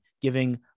giving